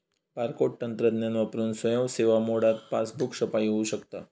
barcode तंत्रज्ञान वापरून स्वयं सेवा मोडात पासबुक छपाई होऊ शकता